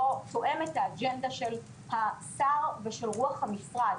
תואם את האג'נדה של השר ושל רוח המשרד.